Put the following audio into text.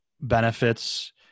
benefits